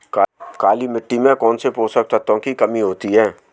काली मिट्टी में कौनसे पोषक तत्वों की कमी होती है?